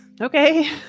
Okay